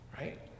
right